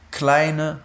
kleine